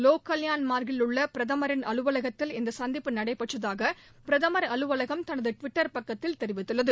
லோக் கல்யாண் மார்க் ல் உள்ள பிரதமின் அலுவலகத்தில் இந்த சந்திப்பு நடைபெற்றதாக பிரதமா அலுவலகம் தனது டுவிட்டர் பக்கத்தில் தெரிவித்துள்ளது